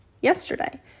yesterday